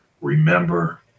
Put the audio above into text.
remember